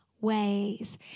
ways